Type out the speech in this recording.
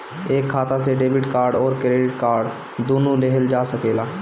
एक खाता से डेबिट कार्ड और क्रेडिट कार्ड दुनु लेहल जा सकेला?